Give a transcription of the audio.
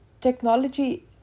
technology